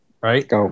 right